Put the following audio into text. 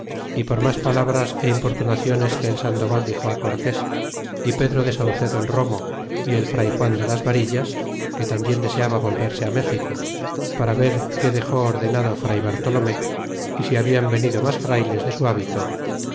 y por mas palabras é importunaciones que el sandoval dixo á cortes y pedro de saucedo el romo y el fray juan de las varillas que tarnbien deseaba volverse á méxico para ver que dex ordenado fray bartolomé é si hablan venido mas frayles de su habito